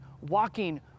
walking